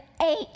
eight